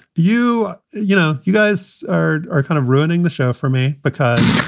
you you know, you guys are kind of ruining the show for me because